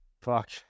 Fuck